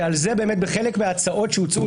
שעל זה בחלק מההצעות שהוצעו,